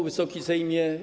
Wysoki Sejmie!